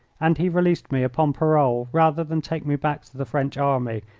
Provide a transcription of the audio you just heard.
and he released me upon parole rather than take me back to the french army,